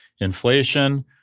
inflation